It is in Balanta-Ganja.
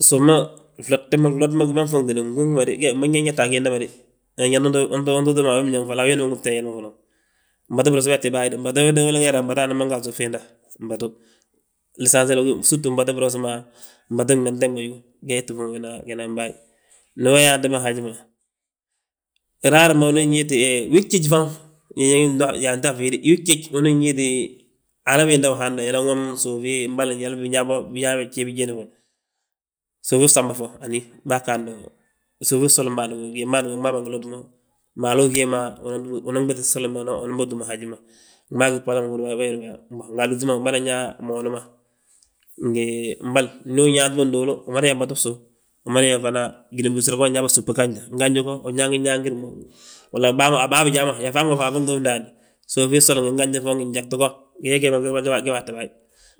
Suuf ma glote ma gima nfuuŋtini ginda ma de, jandi untoo mo a gii biñaŋ. Mbatu biros, wee ti baayi de, mbatu nge raa, mbatu nan mange a suuf fiinda, mbatu, situ, mbatu biros ma, mbatu gmenten ma yoo ngeti bi fuuŋ gidana. Ndi we yaanti mo haji ma, unan weeti hee, wii jjéji fan, unan weeti, inan womi suufi mboli njali mbinyaa bo, biyaa wi jébijen. Suufi fsamba fo, hani bâa suufi fsoli bân fiin bâan gmaa bângi loti mo. Maalu uhii ma, unan ɓéŧi gseli ma unan bàtúm haji ma, gmaa gí gbala ma húrin yaa, nga alúŧi ma bânan yaa mooni ma. Ngi mbolo ndi unyaanti mo nduulu, umada yaa mbatu bsu, umada yaa fana wini bisurga ma nyaa bommu subi ganjo, ganji binyaantir mo. Wala a baa bijaa ma yaa fanbaŋ a fuuŋti ndaani. Suufi sole ngi nganju go ngi gjabu go ge aa tti baayi